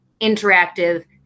interactive